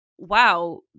wow